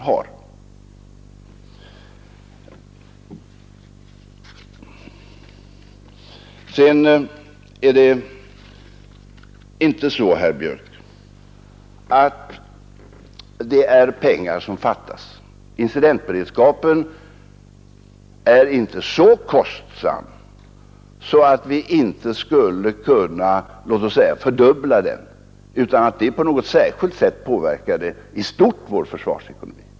Det förhåller sig inte på det sättet, herr Björck, att pengar fattas. Incidentberedskapen är inte så kostsam att vi inte skulle kunna låt oss säga fördubbla den utan att det på något särskilt sätt i stort påverkar vår försvarsekonomi.